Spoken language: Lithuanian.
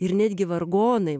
ir netgi vargonai